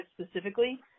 specifically